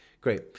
Great